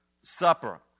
Supper